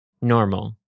normal